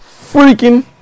freaking